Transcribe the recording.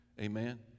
Amen